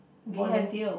we have